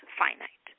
finite